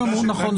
נכון.